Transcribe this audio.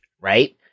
right